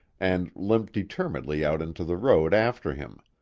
and limped determinedly out into the road after him.